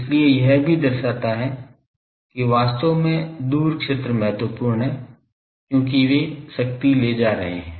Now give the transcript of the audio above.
इसलिए यह भी दर्शाता है कि वास्तव में दूर क्षेत्र महत्वपूर्ण हैं क्योंकि वे शक्ति ले जा रहे हैं